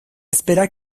espera